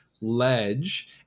ledge